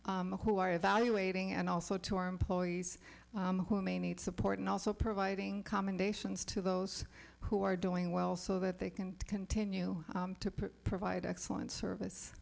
e evaluating and also to our employees who may need support and also providing commendations to those who are doing well so that they can continue to provide excellent service